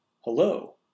hello